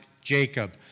Jacob